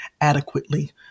adequately